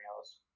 else